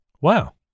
Wow